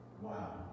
wow